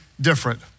different